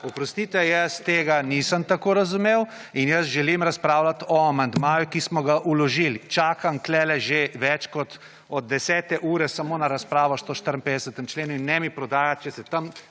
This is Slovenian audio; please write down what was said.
Oprostite, jaz tega nisem tako razumel in jaz želim razpravljati o amandmaju, ki smo ga vložili. Čakam tukaj že več kot od 10. ure samo na razpravo o 154. členu. In ne mi prodajati, če tam